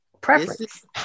preference